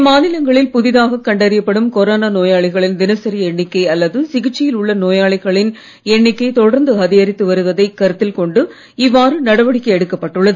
இம்மாநிலங்களில் புதிதாக கண்டறியப்படும் கொரோனா நோயாளிகளின் தினசரி எண்ணிக்கை அல்லது சிகிச்சையில் உள்ள நோயாளிகளின் எண்ணிக்கை தொடர்ந்து அதிகரித்து வருவதை கருத்தில் கொண்டு இவ்வாறு நடவடிக்கை எடுக்கப்பட்டுள்ளது